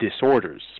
disorders